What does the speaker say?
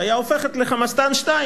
שהיו הופכים ל"חמאסטן-2".